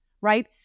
right